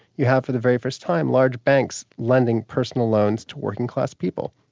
you had for the very first time, large banks lending personal loans to working class people.